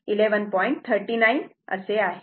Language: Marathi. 39 असे आहे